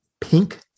pink